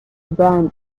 brandy